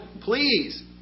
please